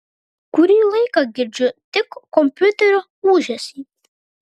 kurį laiką girdžiu tik kompiuterio ūžesį